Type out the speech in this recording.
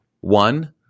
One